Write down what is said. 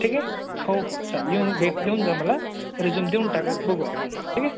ठीक आहे हो हो चालेल येऊन भेट देऊन जा मला रिझ्युम देऊन टाका बघू आपण ठीक आहे